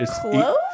Close